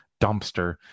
dumpster